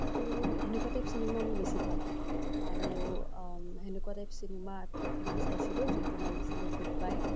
সেইটো সেনেকুৱা type cinema মই বেছি ভাল পাওঁ আৰু সেনেকুৱা টাইপ চিনেমা এখন মই চাইছিলো যোনটোৰ নাম আছিলে গুড বাই